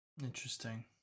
interesting